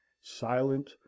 silent